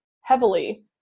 heavily